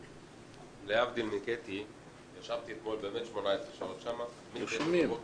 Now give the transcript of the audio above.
להבדיל מקטי אני ישבתי שם באמת 18 שעות -- אמרתי,